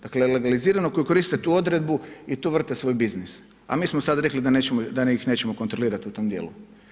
Dakle, legalizirano koji koriste tu odredbu i tu vrte svoj biznis, a mi smo sad rekli, da ih nećemo kontrolirati u tom dijelu.